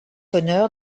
honneur